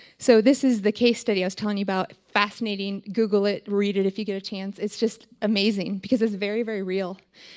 so this is the case study i was telling you about. fascinating, google it, read it if you get a chance, it's just amazing because it's very very real.